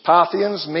Parthians